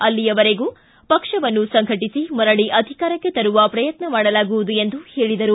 ಅಲ್ಲಿಯವರೆಗೆ ಪಕ್ಷವನ್ನು ಸಂಘಟಿಸಿ ಮರಳಿ ಅಧಿಕಾರಕ್ಕೆ ತರುವ ಪ್ರಯತ್ನ ಮಾಡಲಾಗುವುದು ಎಂದು ಹೇಳದರು